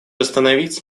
остановить